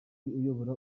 uyobora